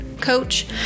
coach